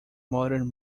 modern